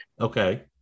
Okay